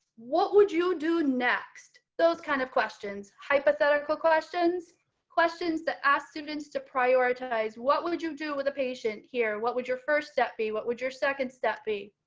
what would you do next, those kind of questions hypothetical questions questions that ask students to prioritize what would would you do with a patient here. what would your first step be, what would your second step be